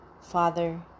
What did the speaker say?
Father